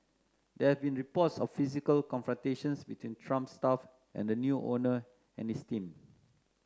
there been reports of physical confrontations between Trump staff and the new owner and his team